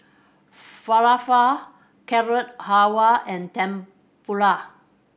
Falafel Carrot Halwa and Tempura